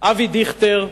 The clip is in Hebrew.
אבי דיכטר,